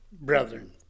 brethren